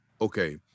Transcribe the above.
okay